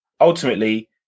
Ultimately